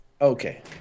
Okay